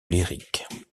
lyrique